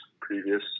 previous